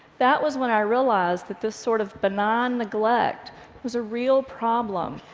that was when i realized that this sort of benign neglect was a real problem,